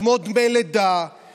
כמו דמי לידה,